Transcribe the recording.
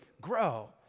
grow